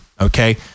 okay